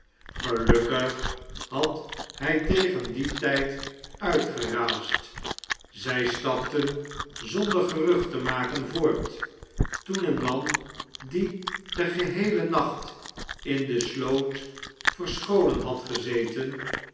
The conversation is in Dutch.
gelukkig had hij tegen dien tijd uitgeraasd zij stapten zonder gerucht te maken voort toen een man die den geheelen nacht in de sloot verscholen had gezeten